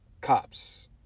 cops